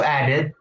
added